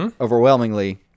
overwhelmingly